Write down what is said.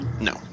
No